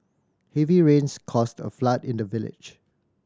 heavy rains caused a flood in the village